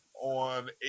on